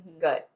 Good